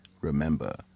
Remember